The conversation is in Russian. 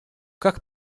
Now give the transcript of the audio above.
как